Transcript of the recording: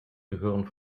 gehören